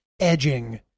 edging